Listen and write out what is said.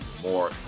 more